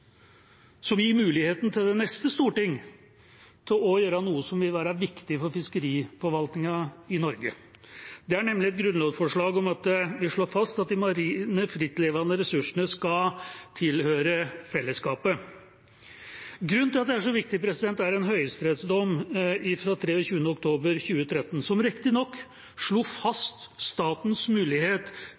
det neste storting muligheten til å gjøre noe som vil være viktig for fiskeriforvaltningen i Norge. Det er nemlig et grunnlovsforslag om at vi slår fast at de marine frittlevende ressursene skal tilhøre fellesskapet. Grunnen til at det er så viktig, er en høyesterettsdom fra 23. oktober 2013. Den slo riktignok fast statens mulighet